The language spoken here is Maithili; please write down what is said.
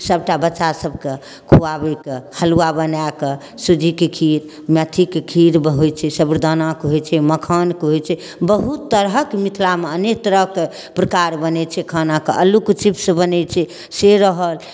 सबटा बच्चा सबकेॅं खुआबै के हलुआ बना कऽ सूजी के खीर एथी के खीर होइ छै साबरदाना के खीर होइ छै मखान के होइ छै बहुत तरहक मिथिला मे अनेक तरहके प्रकार बनै छै खाना के आलू के चिप्स बनै छै से रहल